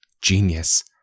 Genius